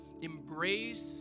Embrace